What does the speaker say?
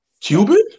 Cuban